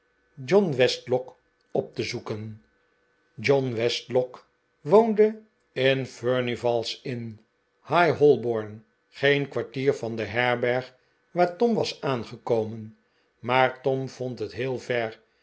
john westlock op te zoeken john westlock woonde in furnival's inn high holborn geen kwartier van de herberg waar tom was aangekomen maar tom vond het heel ver